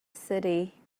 city